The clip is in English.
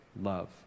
love